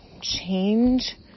change